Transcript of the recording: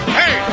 hey